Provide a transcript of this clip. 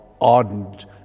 ardent